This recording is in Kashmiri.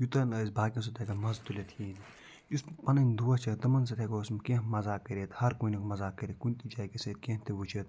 یوٗتاہ نہٕ أسۍ باقِیَن سۭتۍ ہٮ۪کان مَزٕ تُلِتھ کِہیٖنۍ یُس پَنٕنۍ دوس چھِ تِمَن سۭتۍ ہٮ۪کَو أسۍ یِم کیٚنٛہہ مزاق کٔرِتھ ہَر کُنیُک مزاق کٔرِتھ کُنہِ تہِ جایہِ گٔژھِتھ کیٚنٛہہ تہِ وٕچھِتھ